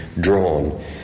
drawn